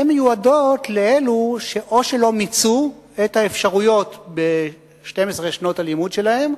הן מיועדות לאלו שאו שלא מיצו את האפשרויות ב-12 שנות הלימוד שלהם,